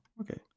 okay